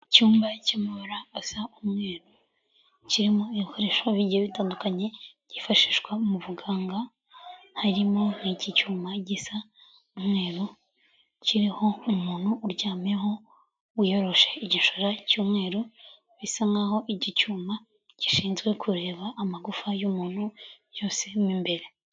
Icyumba cy'amabara asa umweru kirimo ibikoresho bigiye bitandukanye byifashishwa mu buganga, harimo nk'iki cyuma gisa umweru kiriho umuntu uryamyeho wiyoroshe igishura cy'umweru, bisa nk'aho iki cyuma gishinzwe kureba amagufa y'umuntu yose mo imbere.